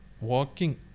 walking